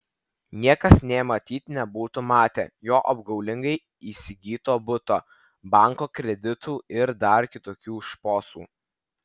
niekas nė matyt nebūtų matę jo apgaulingai įsigyto buto banko kreditų ir dar kitokių šposų